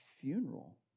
funeral